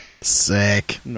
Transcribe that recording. Sick